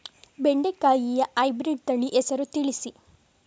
ಬೆಂಡೆಕಾಯಿಯ ಹೈಬ್ರಿಡ್ ತಳಿ ಹೆಸರು ತಿಳಿಸಿ?